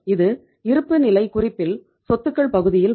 இது இருப்புநிலை குறிப்பில் சொத்துக்கள் பகுதியில் வரும்